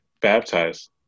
baptized